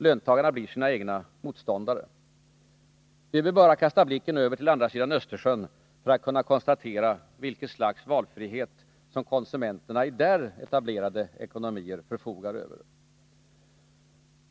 Löntagarna blir sina egna motståndare. Vi behöver bara kasta blicken över till andra sidan Östersjön för att konstatera vilket slags valfrihet konsumenterna i där etablerade ekonomier förfogar över.